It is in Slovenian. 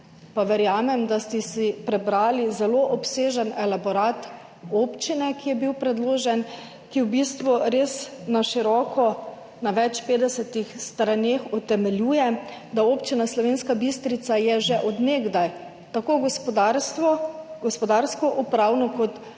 pa verjamem, da ste si prebrali zelo obsežen elaborat občine, ki je bil predložen, ki v bistvu res na široko na več 50 straneh utemeljuje, da je Občina Slovenska Bistrica že od nekdaj tako gospodarsko, upravno kot